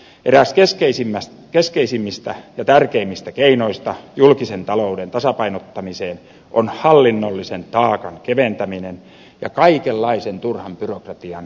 eräs keskeisimmistä ja tärkeimmistä keinoista julkisen talouden tasapainottamiseen on hallinnollisen taakan keventäminen ja kaikenlaisen turhan byrokratian karsiminen